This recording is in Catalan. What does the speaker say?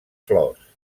flors